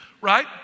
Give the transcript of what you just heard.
right